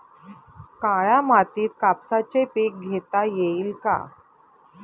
काळ्या मातीत कापसाचे पीक घेता येईल का?